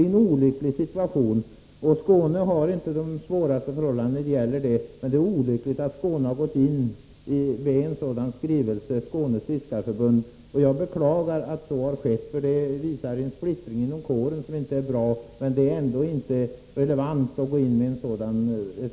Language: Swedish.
en olycklig situation som råder på det här området. Skåne har inte de svåraste förhållandena i det avseendet, och det är olyckligt att Skånes fiskareförbund har ingivit sin skrivelse. Jag beklagar att så har skett, för det visar att det finns en splittring inom kåren som inte är bra.